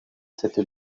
cette